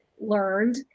learned